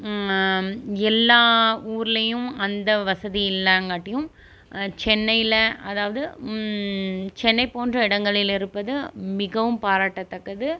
எல்லா ஊர்லையும் அந்த வசதி இல்லாங்காட்டியும் சென்னையில் அதாவது சென்னை போன்ற இடங்களில் இருப்பது மிகவும் பாராட்டத்தக்கது